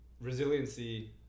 resiliency